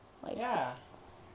ya